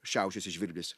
šiaušiasi žvilgis